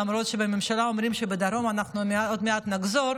למרות שבממשלה אומרים שבדרום אנחנו עוד מעט נחזור.